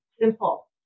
simple